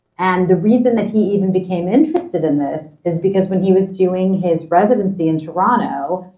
and the reason that he even became interested in this is because when he was doing his residency in toronto,